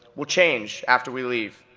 will change after we leave.